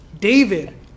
David